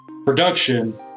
production